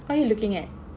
what you looking at